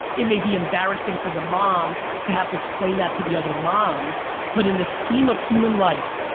it may be embarrassing for the mom to have to explain that to the other moms but in the scheme of human life,